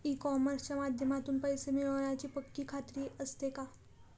E कॉमर्सच्या माध्यमातून पैसे मिळण्याची पक्की खात्री असते का?